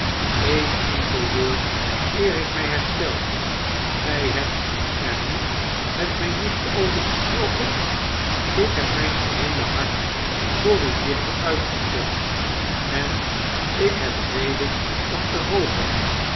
een enkel woord eer ik mg herstel gg hebt er niet met mgn nichtje over gesproken ik heb mijn geheeie hart voor uw nichtje uitgestort en ik heb reden om te hopen